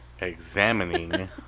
examining